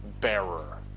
bearer